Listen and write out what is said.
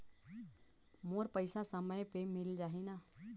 मोर पइसा समय पे मिल जाही न?